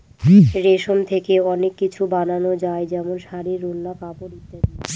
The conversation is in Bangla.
রেশম থেকে অনেক কিছু বানানো যায় যেমন শাড়ী, ওড়না, কাপড় ইত্যাদি